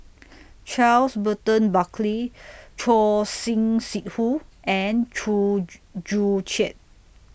Charles Burton Buckley Choor Singh Sidhu and Chew Joo Chiat